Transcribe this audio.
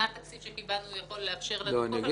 מה התקציב שקיבלנו יכול לאפשר לנו -- אודיה,